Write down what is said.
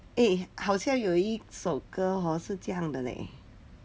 eh 好好像有一首歌 hor 是这样的 leh